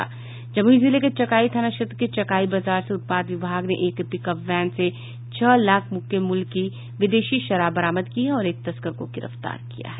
जमुई जिले के चकाई थाना क्षेत्र के चकाई बाजार से उत्पाद विभाग ने एक पिकअप वैन से छह लाख रूपये मूल्य की विदेशी शराब बरामद की है और एक तस्कर को गिरफ्तार किया है